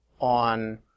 on